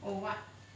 偶吧